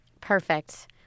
Perfect